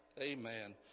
amen